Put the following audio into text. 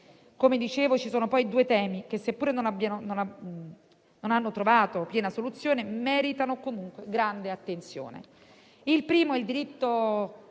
Come dicevo, ci sono poi due temi che, seppure non abbiano trovato piena soluzione, meritano comunque grande attenzione. Il primo è il diritto